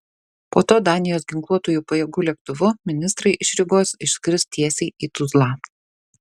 po to danijos ginkluotųjų pajėgų lėktuvu ministrai iš rygos išskris tiesiai į tuzlą